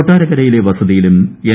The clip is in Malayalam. കൊട്ടാരക്കരയിലെ വസതിയിലും എൻ